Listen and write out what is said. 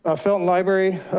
ah felton library,